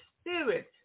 spirit